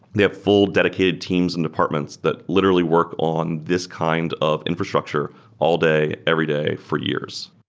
they have full dedicated teams and departments that literally work on this kind of infrastructure all day, every day for years.